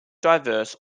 diverse